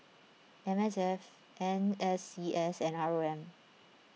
M S F N S C S and R O M